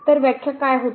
तर व्याख्या काय होती